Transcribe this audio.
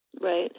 Right